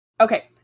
Okay